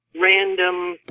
random